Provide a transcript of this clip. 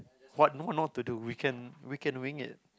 what no I know what to do we can we can wing it